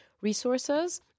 resources